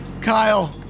Kyle